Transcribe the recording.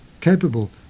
capable